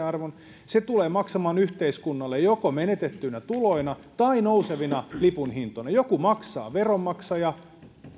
arvon se tulee maksamaan yhteiskunnalle joko menetettyinä tuloina tai nousevina lipunhintoina joku maksaa veronmaksaja